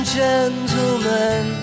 gentlemen